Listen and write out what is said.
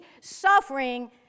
suffering